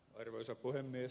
arvoisa puhemies